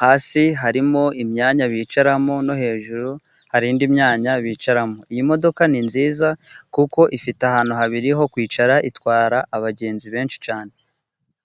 hasi harimo imyanya bicaramo no hejuru hari indi myanya bicaramo. Iyi modoka ni nziza kuko ifite ahantu habiri ho kwicara itwara abagenzi benshi cyane.